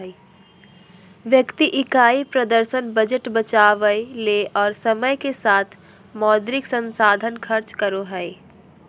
व्यक्ति इकाई प्रदर्शन बजट बचावय ले और समय के साथ मौद्रिक संसाधन खर्च करो हइ